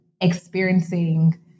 experiencing